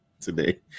today